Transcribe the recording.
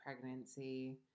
pregnancy